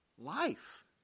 life